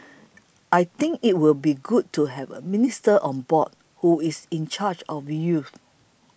I think it will be good to have a minister on board who is in charge of youth